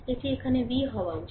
এটি এখানে v হওয়া উচিত